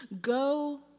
Go